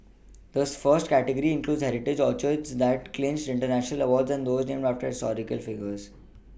the first category includes heritage orchids that clinched international awards and those named after historical figures